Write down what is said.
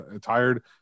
tired